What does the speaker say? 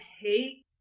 hate